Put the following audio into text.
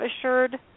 assured